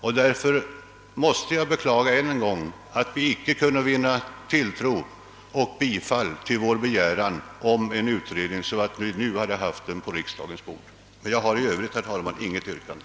Med hänvisning till vad jag nu har anfört måste jag än en gång beklaga att vår begäran om en utredning inte har vunnit bifall inom utskottet så att vi nu hade haft den på riksdagens bord. I övrigt har jag, herr talman, inget yrkande.